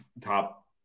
top